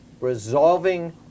resolving